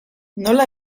nola